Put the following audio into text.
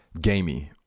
gamey